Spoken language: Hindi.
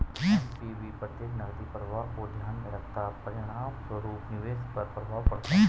एन.पी.वी प्रत्येक नकदी प्रवाह को ध्यान में रखता है, परिणामस्वरूप निवेश पर प्रभाव पड़ता है